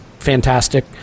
fantastic